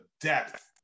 depth